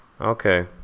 Okay